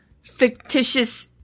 fictitious